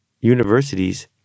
universities